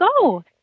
go